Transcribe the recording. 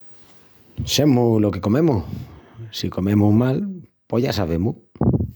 Semus lo que comemus, si comemus mal pos ya sabemus.